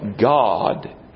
God